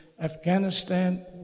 Afghanistan